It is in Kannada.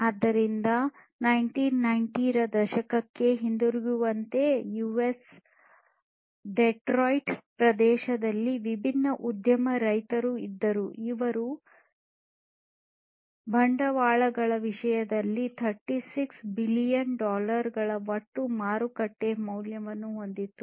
ಆದ್ದರಿಂದ 1990 ರ ದಶಕಕ್ಕೆ ಹಿಂದಿರುಗುವಂತೆಯೇ ಯುಎಸ್ ಡೆಟ್ರಾಯಿಟ್ ಪ್ರದೇಶದಲ್ಲಿ ವಿಭಿನ್ನ ಉದ್ಯಮ ದೈತ್ಯರು ಇದ್ದರು ಇದು ಬಂಡವಾಳಗಳ ವಿಷಯದಲ್ಲಿ 36 ಬಿಲಿಯನ್ ಡಾಲರ್ ಗಳ ಒಟ್ಟು ಮಾರುಕಟ್ಟೆ ಮೌಲ್ಯವನ್ನು ಹೊಂದಿತ್ತು